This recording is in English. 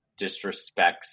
disrespects